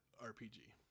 RPG